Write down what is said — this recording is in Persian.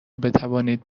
بتوانید